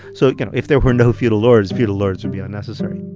so again, if there were no feudal lords, feudal lords would be unnecessary.